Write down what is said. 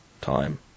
time